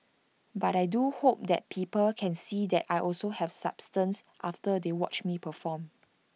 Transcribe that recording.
but I do hope that people can see that I also have substance after they watch me perform